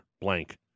blank